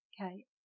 Okay